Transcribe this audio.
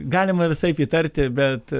galima visaip įtarti bet